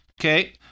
Okay